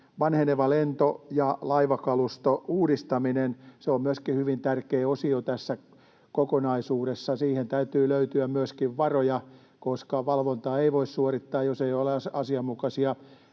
vanhenevan lento- ja laivakaluston uudistaminen on hyvin tärkeä osio tässä kokonaisuudessa. Siihen täytyy löytyä myöskin varoja, koska valvontaa ei voi suorittaa, jos ei ole asianmukaisia